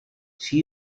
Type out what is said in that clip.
she